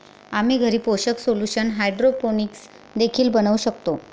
आम्ही घरी पोषक सोल्यूशन हायड्रोपोनिक्स देखील बनवू शकतो